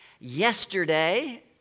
Yesterday